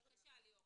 סעיף 7(1)